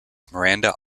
miranda